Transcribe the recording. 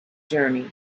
journey